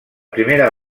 primera